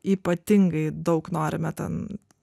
ypatingai daug norime ten